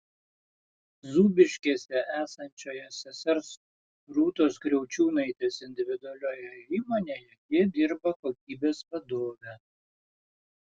zūbiškėse esančioje sesers rūtos kriaučiūnaitės individualioje įmonėje ji dirba kokybės vadove